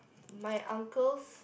my uncle's